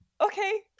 okay